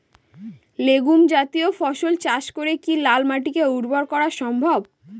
Legume জাতীয় ফসল চাষ করে কি লাল মাটিকে উর্বর করা সম্ভব?